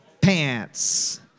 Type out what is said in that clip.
Pants